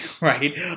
right